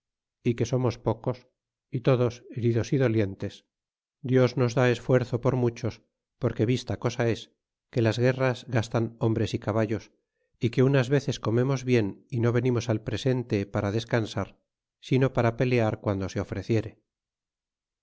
y que somos pocos é todos heridos y dolientes dios nos da esfuerzo por muchos porque vista cosa es que las guerras gastan hombres y caballos y que unas veces comemos bien y no venimos al presente para descansar sino para pelear guando se ofreciere